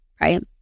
right